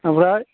ओमफ्राय